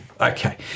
Okay